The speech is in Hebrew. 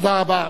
תודה רבה.